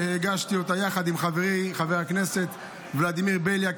שהגשתי יחד עם חברי חבר הכנסת ולדימיר בליאק,